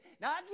Now